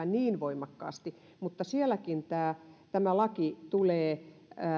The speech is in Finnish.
niin voimakkaasti perusoikeuksiin liittyvä mutta sielläkin tämä tämä laki tulee